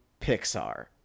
Pixar